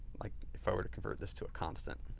like if i were to convert this to a constant,